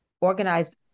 organized